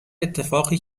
اتفاقی